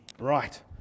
Right